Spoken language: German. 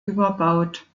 überbaut